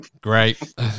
great